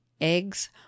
eggs